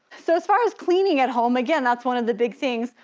so as far as cleaning at home, again, that's one of the big things.